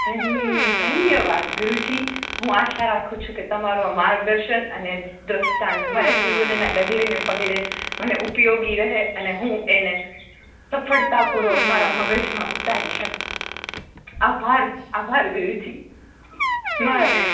ધન્યવાદ ગુરુજી હું આશા રાખું છું કે તમારું આ માર્ગદર્શન અને દ્રષ્ટાંત મારા જીવનના ડગલેને પગલે મને ઉપયોગી રહે અને હું એને સફળતા પૂર્વક મારા મગજમાં ઉતારી શકું આભાર આભાર ગુરુજી મહાદેવ